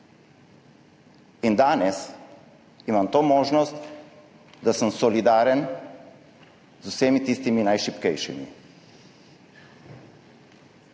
In danes imam to možnost, da sem solidaren z vsemi tistimi najšibkejšimi.